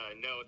no